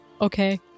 okay